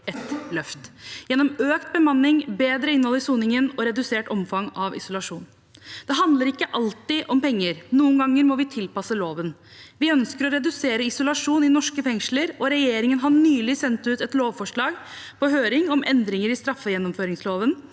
et løft – gjennom økt bemanning, bedre innhold i soningen og redusert omfang av isolasjon. Det handler ikke alltid om penger. Noen ganger må vi tilpasse loven. Vi ønsker å redusere isolasjon i norske fengsler, og regjeringen har nylig sendt ut et lovforslag på høring om endringer i straffegjennomføringsloven